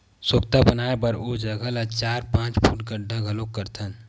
सोख्ता बनाए बर ओ जघा ल चार, पाँच फूट गड्ढ़ा घलोक करथन